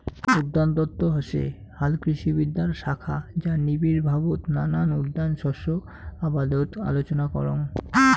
উদ্যানতত্ত্ব হসে হালকৃষিবিদ্যার শাখা যা নিবিড়ভাবত নানান উদ্যান শস্য আবাদত আলোচনা করাং